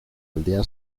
aldea